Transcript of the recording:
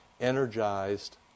energized